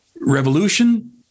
Revolution